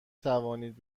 توانید